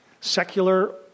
secular